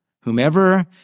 whomever